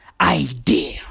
Idea